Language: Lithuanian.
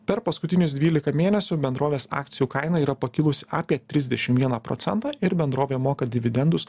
per paskutinius dvyliką mėnesių bendrovės akcijų kaina yra pakilusi apie trisdešim vieną procentą ir bendrovė moka dividendus